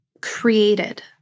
created